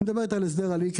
על הסדר הלינקג',